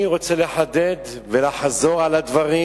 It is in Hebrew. אני רוצה לחדד ולחזור על הדברים,